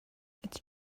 it’s